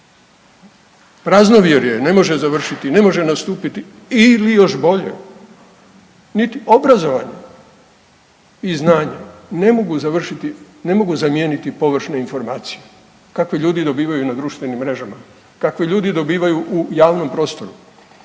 Praznovjerje ne može završiti i ne može nastupiti, ili još bolje, niti obrazovanje i znanje ne mogu završiti, ne mogu zamijeniti površne informacije kakve ljudi dobivaju na društvenim mrežama, kakve ljudi dobivaju u javnom prostoru.